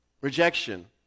rejection